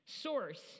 Source